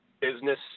business